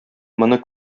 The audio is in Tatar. моны